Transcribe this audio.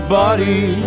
body